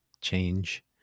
change